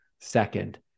second